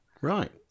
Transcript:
Right